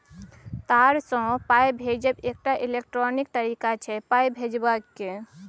तार सँ पाइ भेजब एकटा इलेक्ट्रॉनिक तरीका छै पाइ भेजबाक